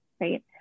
right